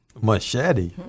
Machete